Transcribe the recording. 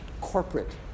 corporate